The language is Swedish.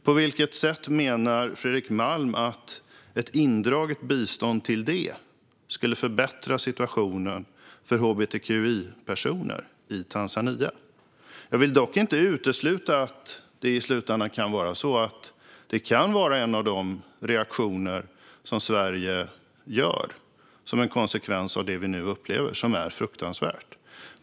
På vilket sätt menar Fredrik Malm att ett indraget bistånd till det tanzaniska finansdepartementet skulle förbättra situationen för hbtqi-personer i Tanzania? Jag vill dock inte utesluta att detta i slutänden kan bli en av Sveriges reaktioner på det vi nu upplever, som är fruktansvärt.